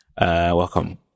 welcome